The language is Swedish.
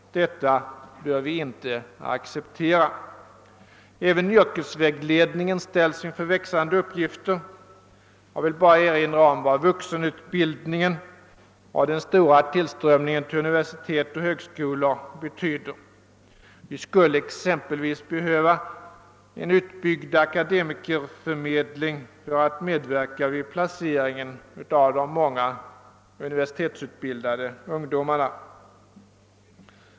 Detta bör vi inte acceptera. Även yrkesvägledningen ställs inför växande uppgifter; jag vill bara erinra om vad vuxenutbildningen och den stora tillströmningen till universitet och högskolor betyder. Vi skulle exempelvis behöva en utbyggd akademikerförmedling för att medverka vid placeringen av de många universitetsutbildade ungdomarna.